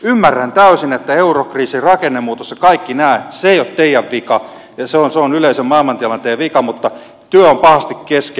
ymmärrän täysin että eurokriisi rakennemuutos ja kaikki nämä eivät ole teidän vikanne ne ovat yleisen maailmantilanteen vika mutta työ on pahasti kesken